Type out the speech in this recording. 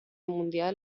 mundial